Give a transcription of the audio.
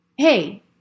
hey